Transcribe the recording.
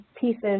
pieces